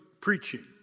preaching